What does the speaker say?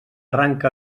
arranque